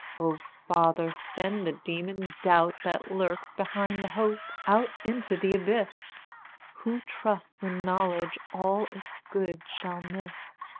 o father, send the demon-doubt that lurks behind the hope, out into the abyss who trusts in knowledge all its good shall miss.